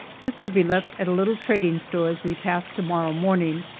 this will be left at a little trading store as we pass to-morrow morning,